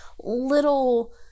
little